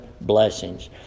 blessings